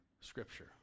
scripture